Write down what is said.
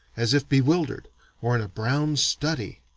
as if bewildered or in a brown study.